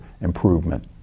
improvement